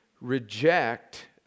reject